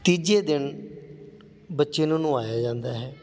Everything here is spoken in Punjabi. ਤੀਜੇ ਦਿਨ ਬੱਚੇ ਨੂੰ ਨਵਾਹਿਆ ਜਾਂਦਾ ਹੈ